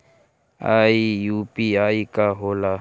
ई यू.पी.आई का होला?